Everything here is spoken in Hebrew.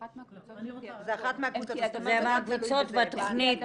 זו אחת מהקבוצות -- זו אחת מהקבוצות --- זה מהקבוצות בתכנית.